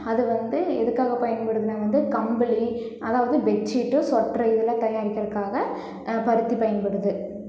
அது வந்து எதுக்காக பயன்படுதுனால் வந்து கம்பளி அதாவது பெட்ஷீட்டு சொட்ரு இதெலாம் தயாரிக்கிறதுக்காக பருத்தி பயன்படுது